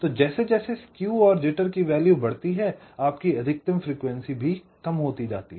तो जैसे जैसे स्केव और जिटर की वैल्यू बढ़ती है आपकी अधिकतम फ्रीक्वेंसी भी कम होती जाती है